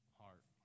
heart